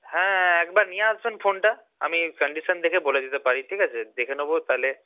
হ্যাঁ একবার নিয়ে আসবেন ফোনটা আমি কান্ডিশন দেখে বলে দিতে পারি ঠিক আছে দেখে নেব তাহলে